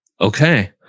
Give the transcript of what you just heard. Okay